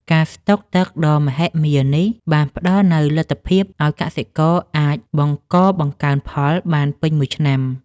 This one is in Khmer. ការស្តុកទឹកដ៏មហិមានេះបានផ្ដល់នូវលទ្ធភាពឱ្យកសិករអាចបង្កបង្កើនផលបានពេញមួយឆ្នាំ។